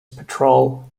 patrol